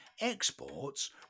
Exports